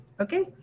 okay